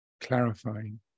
clarifying